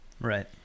Right